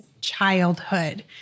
childhood